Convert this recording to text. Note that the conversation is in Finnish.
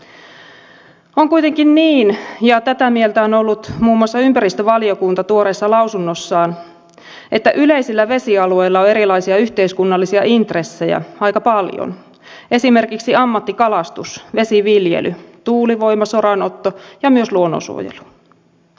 on kuitenkin niin ja tätä mieltä on ollut muun muassa ympäristövaliokunta tuoreessa lausunnossaan että yleisillä vesialueilla on erilaisia yhteiskunnallisia intressejä aika paljon esimerkiksi ammattikalastus vesiviljely tuulivoima soranotto ja myös luonnonsuojelu